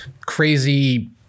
crazy